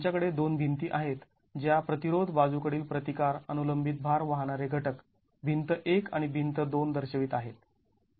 आमच्याकडे दोन भिंती आहेत ज्या प्रतिरोध बाजू कडील प्रतिकार अनुलंबित भार वाहणारे घटक भिंत १ आणि भिंत २ दर्शवीत आहेत